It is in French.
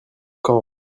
quand